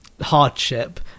hardship